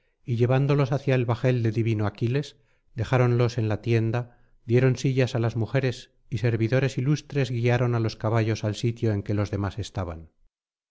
y llevándolos hacia el bajel del divino aquiles dejáronlos en la tienda dieron sillas á las mujeres y servidores ilustres guiaron á los caballos al sitio en que los demás estaban